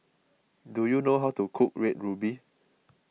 do you know how to cook Red Ruby